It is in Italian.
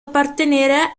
appartenere